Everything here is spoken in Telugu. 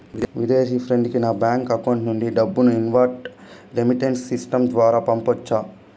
విదేశీ ఫ్రెండ్ కి నా బ్యాంకు అకౌంట్ నుండి డబ్బును ఇన్వార్డ్ రెమిట్టెన్స్ సిస్టం ద్వారా పంపొచ్చా?